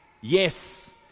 Yes